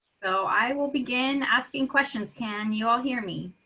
oh, i will begin asking questions. can you all hear me.